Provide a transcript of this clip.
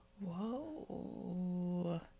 Whoa